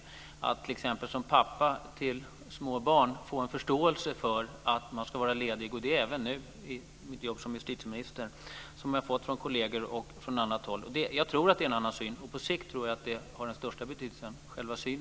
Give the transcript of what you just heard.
Som pappa till små barn får man t.ex. en förståelse för att man ska vara ledig, och det även nu i mitt jobb som justitieminister. Det har jag fått från kolleger och från annat håll. Jag tror att det är en annan syn och på sikt tror jag att själva synen har den största betydelsen.